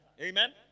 Amen